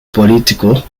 political